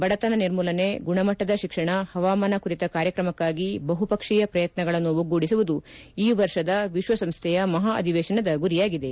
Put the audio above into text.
ಬಡತನ ನಿರ್ಮೂಲನೆ ಗುಣಮಟ್ಟದ ಶಿಕ್ಷಣ ಹವಾಮಾನ ಕುರಿತ ಕಾರ್ಯಕ್ರಮಕ್ಕಾಗಿ ಬಹುಪಕ್ಷೀಯ ಪ್ರಯತ್ನಗಳನ್ನು ಒಗ್ಗೂಡಿಸುವುದು ಈ ವರ್ಷದ ವಿಶ್ವಸಂಸ್ಥೆ ಮಹಾ ಅಧಿವೇಶನದ ಗುರಿಯಾಗಿದೆ